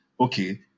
Okay